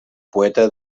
poeta